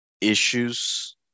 issues